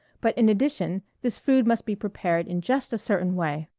but in addition this food must be prepared in just a certain way.